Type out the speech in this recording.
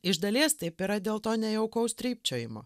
iš dalies taip yra dėl to nejaukaus trypčiojimo